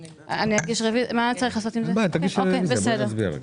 אין בעיה, נעמה, תגישי רביזיה ואנחנו נצביע עליה.